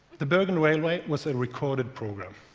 the bergen railway was a recorded program.